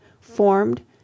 formed